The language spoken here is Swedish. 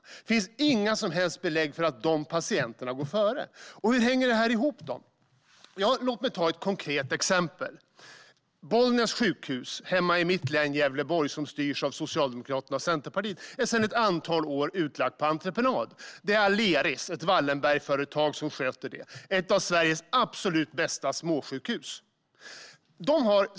Det finns inga som helst belägg för att de patienterna går före. Hur hänger då det här ihop? Låt mig ta ett konkret exempel. Bollnäs sjukhus hemma i mitt län Gävleborg, som styrs av Socialdemokraterna och Centerpartiet, är sedan ett antal år utlagt på entreprenad. Det är Aleris, ett Wallenbergföretag, som sköter det. Det är ett av Sveriges absolut bästa småsjukhus.